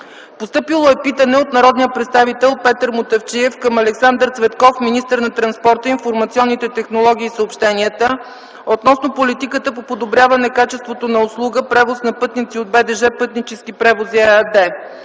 Постъпило е питане от народния представител Петър Мутафчиев към Александър Цветков – министър на транспорта, информационните технологии и съобщенията, относно политиката по подобряване качеството на услуга „Превоз на пътници” от „БДЖ - Пътнически превози” ЕАД.